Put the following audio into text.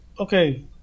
Okay